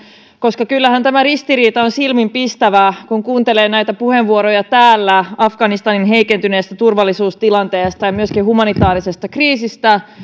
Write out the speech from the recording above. koska kyllähän tämä ristiriita on silmiinpistävä kun kuuntelee näitä puheenvuoroja täällä afganistanin heikentyneestä turvallisuustilanteesta ja myöskin humanitaarisesta kriisistä ja